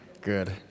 good